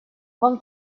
вам